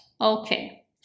Okay